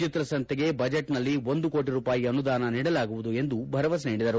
ಚಿತ್ರ ಸಂತೆಗೆ ಬಜೆಟ್ನಲ್ಲಿ ಒಂದು ಕೋಟಿ ರೂಪಾಯಿ ಅನುದಾನ ನೀಡಲಾಗುವುದು ಎಂದು ಭರವಸೆ ನೀಡಿದರು